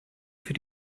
für